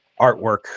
artwork